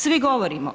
Svi govorimo.